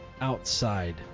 outside